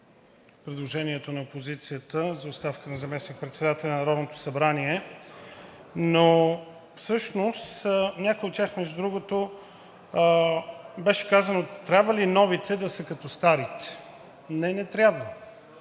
предложението на опозицията за оставка на заместник-председателя на Народното събрание, но всъщност в някои от тях, между другото, беше казано: трябва ли новите да са като старите? Не, не трябва.